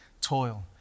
toil